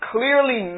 Clearly